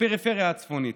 בפריפריה הצפונית.